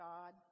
God